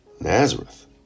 Nazareth